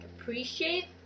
appreciate